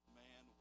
man